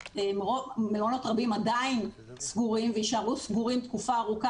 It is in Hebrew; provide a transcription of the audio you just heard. מלונות רבים עדיין סגורים ויישארו סגורים תקופה ארוכה,